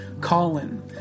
Colin